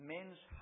Men's